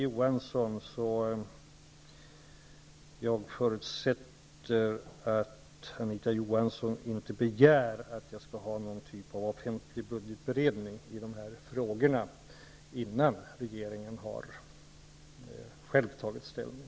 Jag förutsätter att Anita Johansson inte begär att jag skall ha någon typ av offentlig budgetberedning i dessa frågor innan regeringen har tagit ställning.